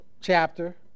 chapter